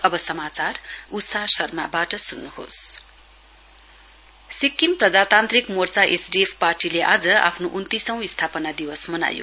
SDF foundation day Sikkim प्रजातान्त्रिक मोर्चा एसडीएफ पार्टीले आज आफ्नो उन्तीसौँ स्थापना दिवस मनायो